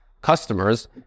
customers